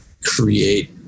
create